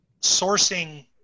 sourcing